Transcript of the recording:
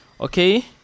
okay